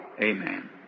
Amen